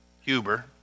Huber